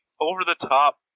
over-the-top